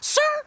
Sir